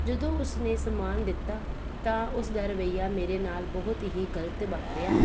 ਜਦੋਂ ਉਸਨੇ ਸਮਾਨ ਦਿੱਤਾ ਤਾਂ ਉਸਦਾ ਰਵੱਈਆ ਮੇਰੇ ਨਾਲ ਬਹੁਤ ਹੀ ਗਲਤ ਵਾਪਰਿਆ